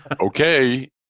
okay